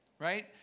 right